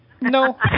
No